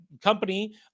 company